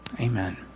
Amen